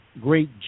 great